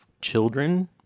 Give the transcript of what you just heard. children